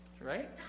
right